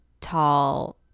tall